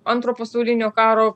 antro pasaulinio karo